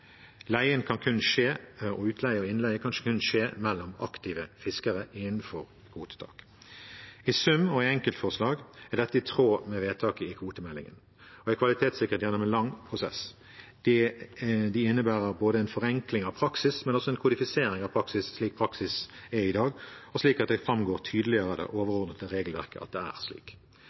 Utleie og innleie kan kun skje mellom aktive fiskere innenfor kvotetaket. I sum og i enkeltforslag er dette i tråd med vedtaket i kvotemeldingen og kvalitetssikret gjennom en lang prosess. Det innebærer både en forenkling av praksis og en kodifisering av praksis slik praksis er i dag, og slik at det framgår tydeligere av det overordnede regelverket at det er slik.